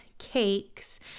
cakes